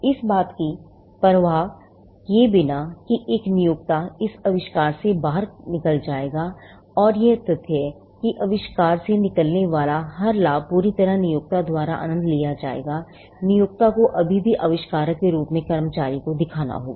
इस बात की परवाह किए बिना कि एक नियोक्ता इस आविष्कार से बाहर निकल जाएगा और यह तथ्य कि आविष्कार से निकलने वाले हर लाभ का पूरी तरह से नियोक्ता द्वारा आनंद लिया जाएगा नियोक्ता को अभी भी आविष्कारक के रूप में कर्मचारी को दिखाना होगा